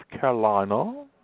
Carolina